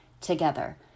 together